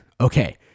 Okay